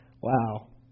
Wow